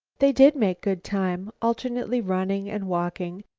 they did make good time. alternately running and walking,